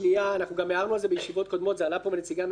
גם הערנו על כך בישיבות קודמות זה עלה מנציגי הממשלה,